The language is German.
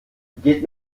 geht